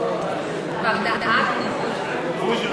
כבר דאגנו, בוז'י.